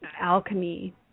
alchemy